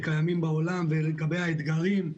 ולגבי האתגרים.